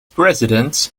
president